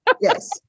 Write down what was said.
Yes